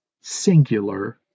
singular